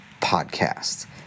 Podcast